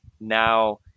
now